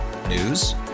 News